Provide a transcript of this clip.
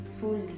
fully